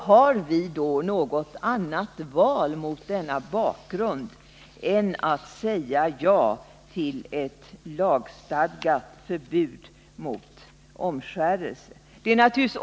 Har vi då mot denna bakgrund något annat val än att säga ja till ett lagstadgat förbud mot omskärelse?